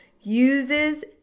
uses